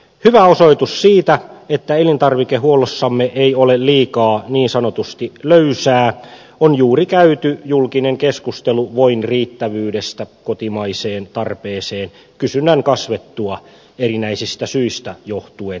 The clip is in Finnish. hyvä osoitus siitä että elintarvikehuollossamme ei ole liikaa niin sanotusti löysää on juuri käyty julkinen keskustelu voin riittävyydestä kotimaiseen tarpeeseen kysynnän kasvettua erinäisistä syistä johtuen voimakkaasti